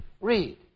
Read